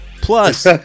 Plus